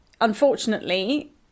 unfortunately